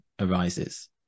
arises